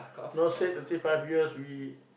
not say thirty five years we